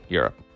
Europe